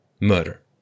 murder